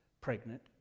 pregnant